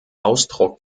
ausdruck